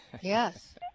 Yes